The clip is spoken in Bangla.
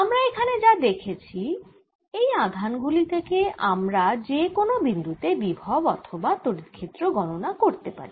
আমরা এখানে যা দেখেছি এই আধান গুলি থেকে আমরা যে কোনো বিন্দু তে বিভব অথবা তড়িৎ ক্ষেত্র গণনা করতে পারি